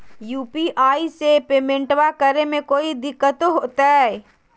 UPI से पेमेंटबा करे मे कोइ दिकतो होते?